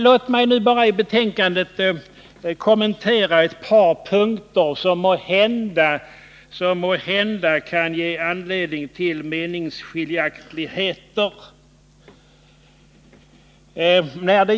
Låt mig bara kommentera ett par punkter i betänkandet som måhända kan ge anledning till meningsskiljaktigheter.